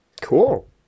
Cool